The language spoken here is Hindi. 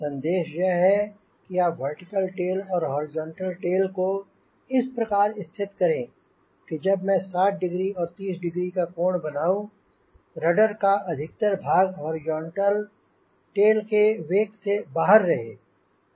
सन्देश यह है कि आप वर्टिकल टेल और हॉरिजॉन्टल टेल को इस प्रकार स्थित करें कि जब मैं यहाँ 60 डिग्री और यह 30 डिग्री के कोण बनाऊंँ रडर का अधिकतर भाग हॉरिजॉन्टल टेल के वेक से बाहर रहे